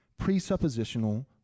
presuppositional